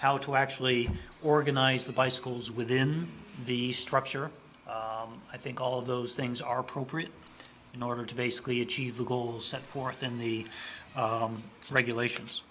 how to actually organize the bicycles within the structure i think all of those things are appropriate in order to basically achieve the goals set forth in the regulations